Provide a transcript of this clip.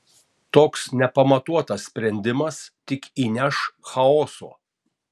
toks nepamatuotas sprendimas tik įneš chaoso